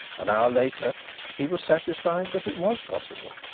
an hour later he was satisfied that it was possible.